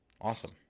Awesome